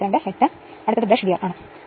5 ഇത് 13800 ഇത് 43